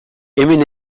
hemen